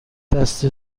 دست